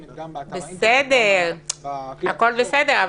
גם באתר האינטרנט וגם --- הכול בסדר,